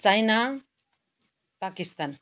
China Pakistan